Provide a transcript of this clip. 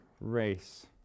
race